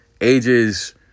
ages